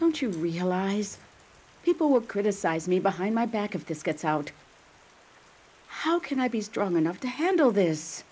don't you realize people were criticize me behind my back if this gets out how can i be strong enough to handle this